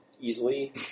easily